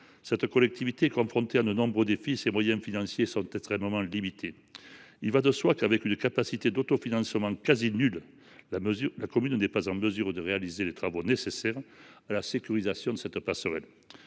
cette collectivité est confrontée à de nombreux défis et ses moyens financiers sont extrêmement limités. Il va de soi qu’avec une capacité d’autofinancement quasi nulle elle n’est pas en mesure de réaliser les travaux nécessaires à la sécurisation de cette passerelle.